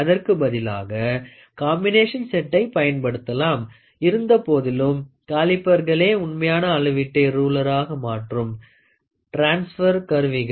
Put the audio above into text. அதற்கு பதிலாக காம்பினேஷன் செட்ட்டை பயன்படுத்தலாம் இருந்தபோதிலும் காலிபர்களே உண்மையான அளவீட்டை ரூளராக மாற்றும் டிரான்ஸ்பர் கருவிகள்